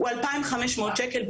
הוא 2,500 שקל,